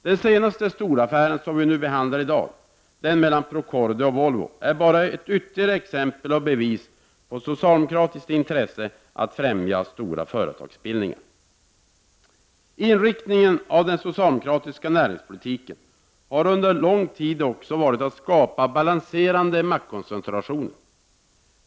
Den senaste storaffären som vi i dag behandlar, affären mellan Procordia och Volvo, är bara ett ytterligare exempel och bevis på socialdemokratiskt intresse att främja stora företagsbildningar. Inriktningen av den socialdemokratiska näringspolitiken har under lång tid varit att skapa balanserande maktkoncentrationer.